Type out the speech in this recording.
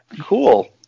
Cool